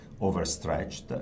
overstretched